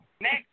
Next